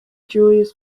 julius